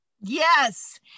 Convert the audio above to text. Yes